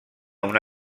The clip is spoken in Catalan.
una